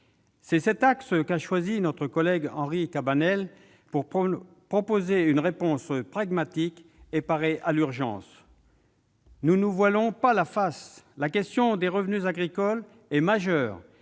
C'est cet axe qu'a choisi notre collègue Henri Cabanel pour proposer une réponse pragmatique et parer à l'urgence. Ne nous voilons pas la face ! La question des revenus agricoles est majeure